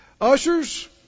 ushers